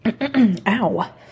ow